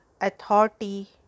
authority